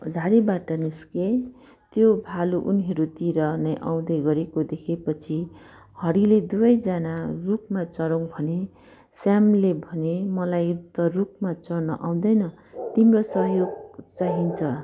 झाडीबाट निस्के त्यो भालु उनीहरूतिर नै आउँदैगरेको देखेपछि हरिले दुवैजना रुखमा चढौँ भने श्यामले भने मलाई त रुखमा चढ्न आउँदैन तिम्रो सहयोग चाहिन्छ